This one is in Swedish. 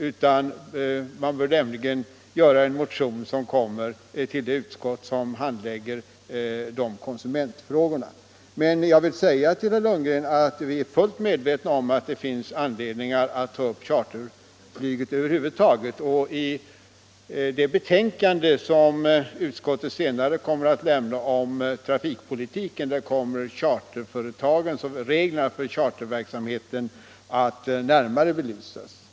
Man bör därför lämpligen avfatta motionen så att den kommer till det utskott som handlägger konsumentfrågor. Vi är fullt medvetna om att det finns anledning att ta upp charterflyget över huvud taget. I det betänkande som utskottet senare skall lämna om trafikpolitiken kommer reglerna för charterverksamheten att närmare belysas.